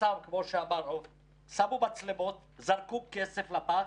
שמו מצלמות, זרקו כסף לפח,